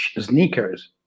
sneakers